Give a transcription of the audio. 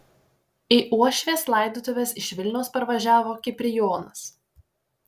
į uošvės laidotuves iš vilniaus parvažiavo kiprijonas